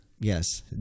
Yes